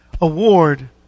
award